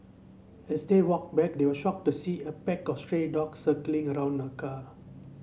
as they walked back they were shocked to see a pack of stray dogs circling around the car